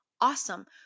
awesome